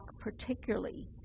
particularly